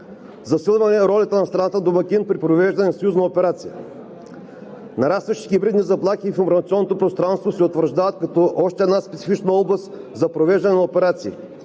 засилване ролята на страната домакин при провеждане на съюзна операция, нарастващи хибридни заплахи в информационното пространство се утвърждават като още една специфична област за провеждане на операции,